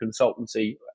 consultancy